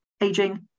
aging